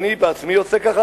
אני עצמי עושה ככה,